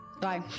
Bye